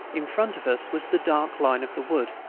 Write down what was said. in front of us was the dark line of the wood.